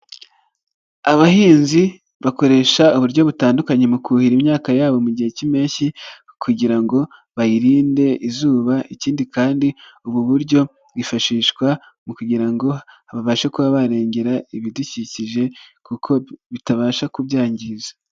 Abahinzi bakoresha uburyo butandukanye mu kuhira imyaka yabo mu gihe k'impeshyi kugira ngo bayirinde izuba ikindi kandi ubu buryo bwifashishwa mu kugira ngo babashe kuba barengera ibidukikije kuko bitabasha kubyangiza.